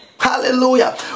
Hallelujah